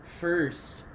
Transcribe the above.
first